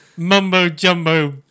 mumbo-jumbo